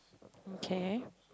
okay